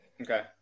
Okay